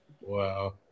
Wow